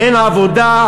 / אין כבר עבודה,